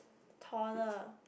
taller